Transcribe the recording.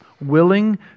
Willing